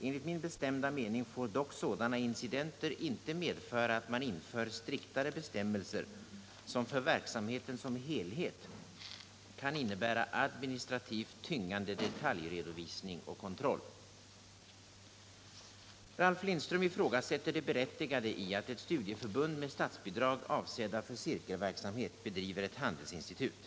Enligt min bestämda mening får dock sådana — Nr 32 incidenter inte medföra att man inför striktare bestämmelser som för Tisdagen den verksamheten som helhet kan innebära administrativt tyngande detalj 22 november 1977 redovisning och kontroll. Väla lost Ralf Lindström ifrågasätter det berättigade i att ett studieförbund med Om samhällets stöd statsbidrag avsedda för cirkelverksamhet bedriver ett handelsinstitut.